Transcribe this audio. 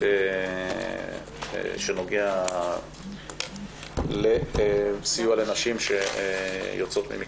שנוגע לסיוע לנשים שיוצאות ממקלטים.